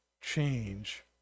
change